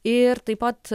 ir taip pat